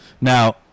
Now